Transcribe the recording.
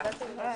הישיבה